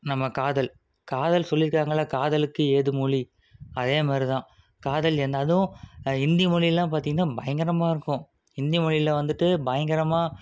நம்ம காதல் காதல் சொல்லியிருக்காங்கள்ல காதலுக்கு ஏது மொழி அதே மாதிரி தான் காதல் என்றாலும் இந்தி மொழிலாம் பார்த்தீங்கனா பயங்கரமாக இருக்கும் இந்தி மொழியில் வந்துட்டு பயங்கரமாக